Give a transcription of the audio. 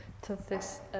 Entonces